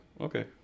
okay